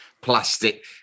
plastic